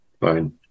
Fine